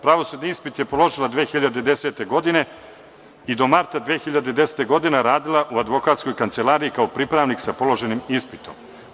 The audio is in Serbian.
Pravosudni ispit je položila 2010. godine i do marta 2010 godine je radila u advokatskoj kancelariji kao pripravnik sa položenim ispitom.